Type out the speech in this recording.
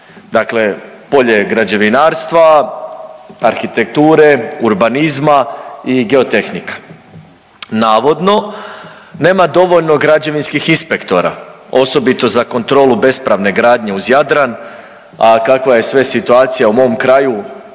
dakle polje građevinarstva, arhitekture, urbanizma i geotehnika. Navodno nema dovoljno građevinskih inspektora, osobito za kontrolu bespravne gradnje uz Jadran, a kakva je sve situacija u mom kraju